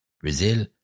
Brazil